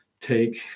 take